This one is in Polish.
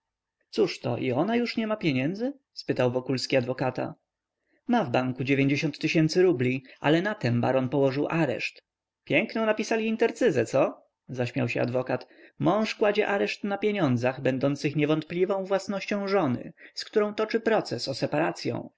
cóżto i ona już nie ma pieniędzy spytał wokulski adwokata ma w banku rubli ale na tem baron położył areszt piękną napisali intercyzę co zaśmiał się adwokat mąż kładzie areszt na pieniądzach będących niewątpliwą własnością żony z którą toczy proces o